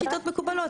שיטות מקובלות.